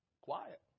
Quiet